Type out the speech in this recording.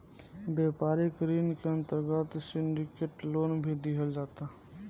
व्यापारिक ऋण के अंतर्गत सिंडिकेट लोन भी दीहल जाता